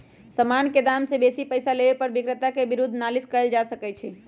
समान के दाम से बेशी पइसा लेबे पर विक्रेता के विरुद्ध नालिश कएल जा सकइ छइ